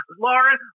Lauren